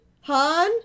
Han